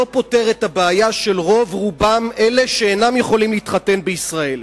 זה לא פותר את הבעיה של רובם הגדול של אלה שלא יכולים להתחתן בישראל.